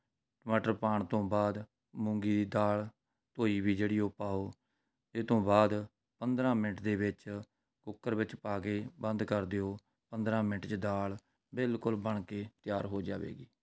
ਟਮਾਟਰ ਪਾਉਣ ਤੋਂ ਬਾਅਦ ਮੂੰਗੀ ਦੀ ਦਾਲ ਧੋਈ ਵੀ ਜਿਹੜੀ ਉਹ ਪਾਓ ਇਹ ਤੋਂ ਬਾਅਦ ਪੰਦਰਾਂ ਮਿੰਟ ਦੇ ਵਿੱਚ ਕੁੱਕਰ ਵਿੱਚ ਪਾ ਕੇ ਬੰਦ ਕਰ ਦਿਓ ਪੰਦਰਾਂ ਮਿੰਟ 'ਚ ਦਾਲ ਬਿਲਕੁਲ ਬਣ ਕੇ ਤਿਆਰ ਹੋ ਜਾਵੇਗੀ